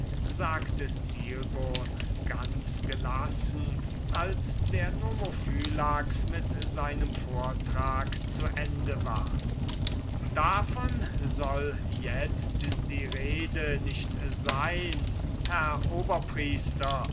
sagte stilbon ganz gelassen als der nomophylax mit seinem vortrag zu ende war davon soll itzt die rede nicht sein herr